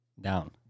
down